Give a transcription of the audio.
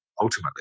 ultimately